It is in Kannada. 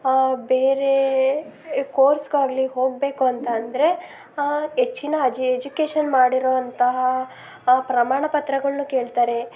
ಬೇರೆ ಕೋರ್ಸ್ಗಾಗಲಿ ಹೋಗಬೇಕು ಅಂತ ಅಂದರೆ ಹೆಚ್ಚಿನ ಅಜ್ ಎಜುಕೇಷನ್ ಮಾಡಿರೋಂತಹ ಪ್ರಮಾಣ ಪತ್ರಗಳ್ನ ಕೇಳ್ತಾರೆ